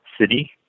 city